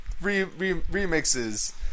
remixes